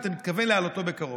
ואם אתה מתכוון להעלותו בקרוב.